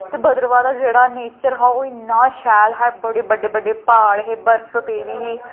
ते भद्रवाह् दा जेह्ड़ा नेचर हा ओह् इन्ना शैल हा बड़े बड्डे बड्डे प्हाड़ हे बर्फ पेदी ही